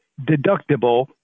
deductible